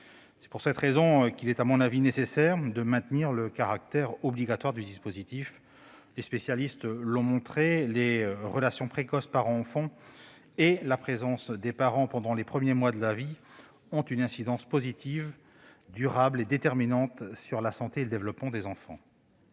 C'est pour cette raison qu'il est nécessaire de maintenir le caractère obligatoire du dispositif. Les spécialistes l'ont montré : les relations précoces parents-enfants et la présence des parents pendant les premiers mois de la vie ont une incidence positive, durable et déterminante sur la santé et le développement des enfants.